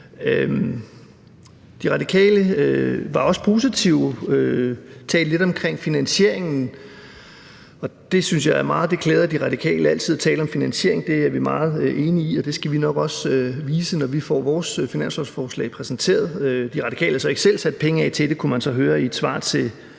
De Radikale var også positive og talte lidt om finansieringen, og det klæder altid De Radikale at tale om finansieringen. Det er vi meget enige i, og det skal vi også nok vise, når vi får præsenteret vores finanslovsforslag. De Radikale har så ikke selv sat penge af til det, kunne man høre i et svar til